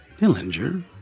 Dillinger